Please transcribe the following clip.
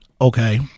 Okay